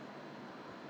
yeah lah true lah 他们讲